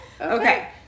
Okay